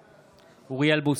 בעד אוריאל בוסו,